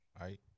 right